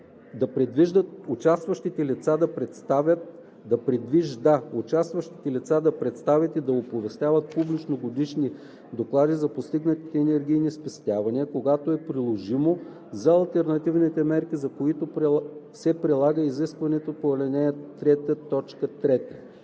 да предвижда участващите лица да представят и да оповестяват публично годишни доклади за постигнатите енергийни спестявания, когато е приложимо – за алтернативните мерки, за които се прилага изискването на ал.